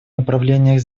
направлениях